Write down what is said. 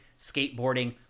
skateboarding